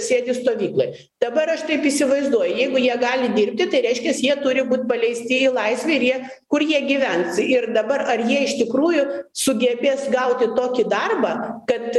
sėdi stovykloj dabar aš taip įsivaizduoju jeigu jie gali dirbti tai reiškias jie turi būt paleisti į laisvę ir jie kur jie gyvens ir dabar ar jie iš tikrųjų sugebės gauti tokį darbą kad